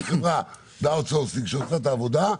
יש חברה במיקור חוץ שעושה את העבודה,